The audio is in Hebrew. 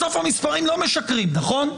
בסוף המספרים לא משקרים, נכון?